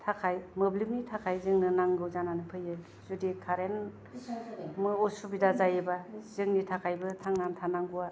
थाखाय मोब्लिबनि थाखाय जोंनो नांगौ जानानै फैयो जुदि कारेन असुबिदा जायोबा जोंनि थाखायबो थांनानै थानांगौवा